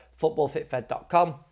footballfitfed.com